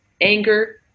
anger